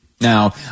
Now